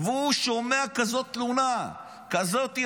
והוא שומע תלונה כזאת,